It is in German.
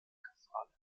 kathedrale